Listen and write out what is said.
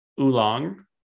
Oolong